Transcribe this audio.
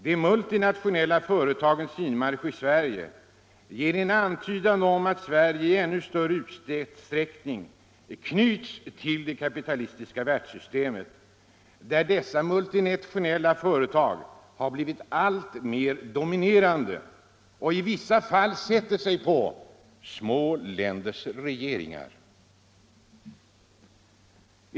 De multinationella företagens inmarsch i Sverige ger en antydan om att Sverige i ännu större utsträckning knyts till det kapitalistiska världssystemet, där dessa multinationella företag har blivit alltmer dominerande och i vissa fall sätter sig på små länders regeringar.